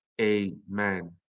Amen